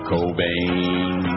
Cobain